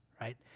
right